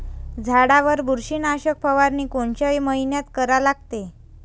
झाडावर बुरशीनाशक फवारनी कोनच्या मइन्यात करा लागते?